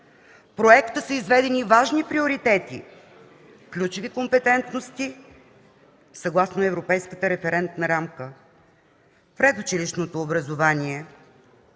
проекта са изведени важни приоритети, ключови компетентности съгласно европейската референтна рамка. Предучилищното образование